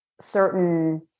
certain